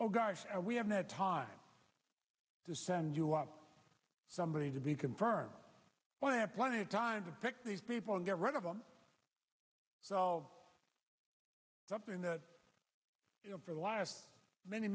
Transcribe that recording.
oh gosh we haven't had time to send you up somebody to be confirmed when i have plenty of time to pick these people and get rid of them so something that you know for the last many